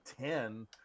ten